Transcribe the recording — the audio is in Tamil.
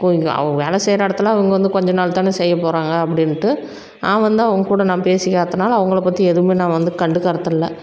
அவங்க வேலை செய்கிற இடத்துல அவங்க வந்து கொஞ்சம் நாள் தான செய்ய போகிறாங்க அப்படின்ட்டு நான் வந்து அவங்க கூட நான் பேசிக்காத்துனால அவங்கள பற்றி எதுவுமே நான் வந்து கண்டுக்கறதில்ல